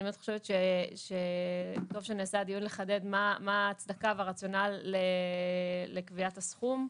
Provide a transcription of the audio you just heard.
אני באמת חושבת שטוב שנעשה הדיון לחדד מה ההצדקה והרציונל לקביעת הסכום.